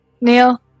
Neil